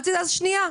אני שומעת